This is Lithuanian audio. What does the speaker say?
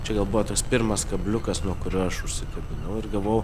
čia gal buvo toks pirmas kabliukas nuo kurio aš užsikabinau ir galvojau